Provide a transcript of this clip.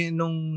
nung